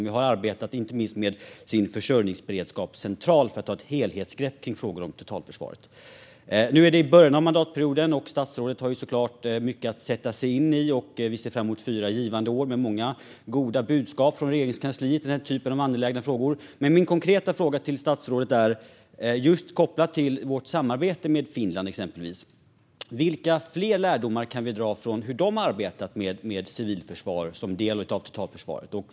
De har arbetat inte minst med sin försörjningsberedskap centralt för att ta ett helhetsgrepp kring frågor om totalförsvaret. Nu är det i början av mandatperioden. Statsrådet har såklart mycket att sätta sig in i, och vi ser fram emot fyra givande år med många goda budskap från Regeringskansliet i den här typen av angelägna frågor. Min konkreta fråga till statsrådet är just kopplad till vårt samarbete med exempelvis Finland. Vilka fler lärdomar kan vi dra från hur de arbetat med civilt försvar som en del av totalförsvaret?